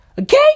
Okay